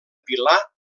pilar